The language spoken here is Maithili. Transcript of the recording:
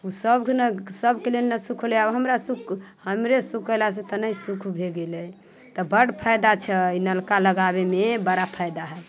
उ सब सबके लेल ने सुख होलै आओर हमरा सुख हमरे सुख केलासँ तऽ नहि सुख भऽ गेलै तऽ बड फायदा छै नलका लगाबेमे बड़ा फायदा हय